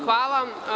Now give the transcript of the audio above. Hvala.